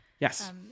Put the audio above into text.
Yes